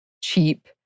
cheap